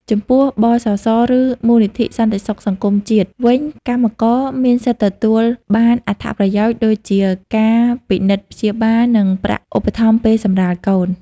ចំពោះ ប.ស.ស. ឬ មូលនិធិសន្តិសុខសង្គមជាតិ វិញ កម្មករមានសិទ្ធិទទួលបានអត្ថប្រយោជន៍ដូចជាការពិនិត្យព្យាបាល និងប្រាក់ឧបត្ថម្ភពេលសម្រាលកូន។